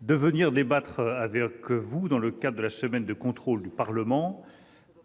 de venir débattre avec vous dans le cadre de la semaine de contrôle du Parlement